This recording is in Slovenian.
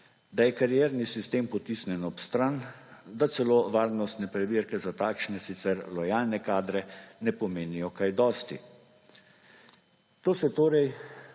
da je karierni sistem potisnjen ob stran, da celo varnostne preverke za takšne, sicer lojalne kadre, ne pomenijo kaj dosti. To se torej